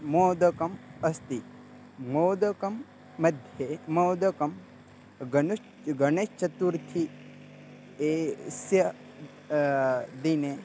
मोदकम् अस्ति मोदकमध्ये मोदकं गणेश गणेशचतुर्थी ए स्य दिने